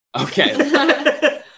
Okay